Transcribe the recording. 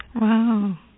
Wow